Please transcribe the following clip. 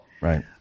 Right